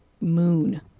moon